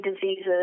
diseases